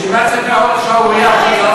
שווי.